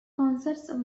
concerts